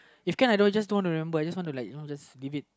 if can I just don't want to remember I just want to like you know leave it